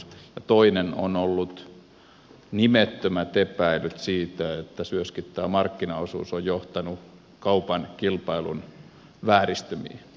ja toinen on ollut nimettömät epäilyt siitä että markkinaosuus on johtanut kaupan kilpailun vääristymiin